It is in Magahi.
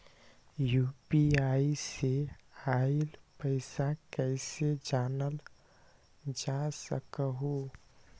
यू.पी.आई से आईल पैसा कईसे जानल जा सकहु?